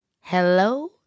Hello